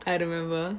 I remember